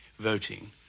Voting